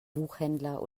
buchhändler